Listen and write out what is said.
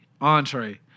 entree